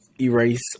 erase